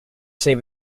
save